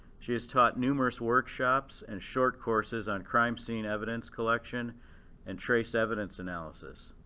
she has taught numerous workshops and short courses on crime scene evidence collection and trace evidence analysis.